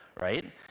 right